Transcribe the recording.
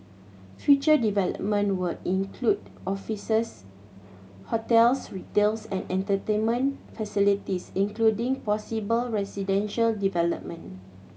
future development will include offices hotels retails and entertainment facilities including possible residential development